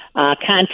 Contact